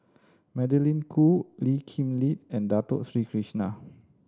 Magdalene Khoo Lee Kip Lin and Dato Sri Krishna